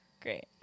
Great